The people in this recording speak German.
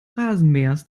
rasenmähers